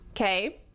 okay